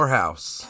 house